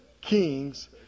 Kings